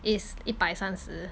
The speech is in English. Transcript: is 一百三十